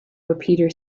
repeater